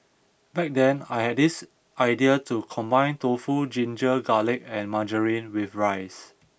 back then I had this idea to combine tofu ginger garlic and margarine with rice